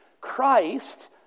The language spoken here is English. Christ